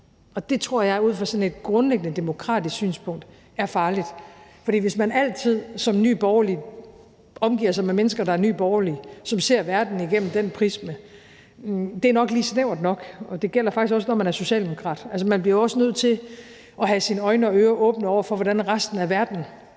Og det tror jeg ud fra sådan et grundlæggende demokratisk princip synspunkt er farligt. For hvis man altid som Nye Borgerlige omgiver sig med mennesker, der også er fra Nye Borgerlige, og som ser verden igennem det prisme, så er det nok lige snævert nok. Og det gælder faktisk også, når man er socialdemokrat. Altså, man bliver også nødt til at have sine øjne og ører åbne over for, hvordan resten af verden